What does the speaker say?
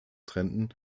trennten